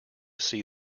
see